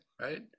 right